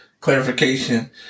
clarification